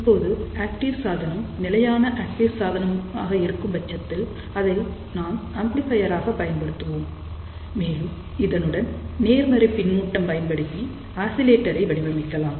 இப்போது ஆக்டிவ் சாதனம் நிலையான ஆக்டிவ் சாதனமாக இருக்கும் பட்சத்தில் அதை நாம் ஆம்ப்ளிபையர் ஆக பயன்படுத்துவோம் மேலும் இதனுடன் நேர்மறை பின்னூட்டம் பயன்படுத்தி ஆசிலேட்டரை வடிவமைக்கலாம்